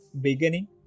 beginning